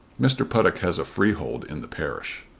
mr. puttock has a freehold in the parish.